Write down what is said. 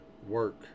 work